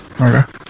Okay